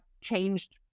changed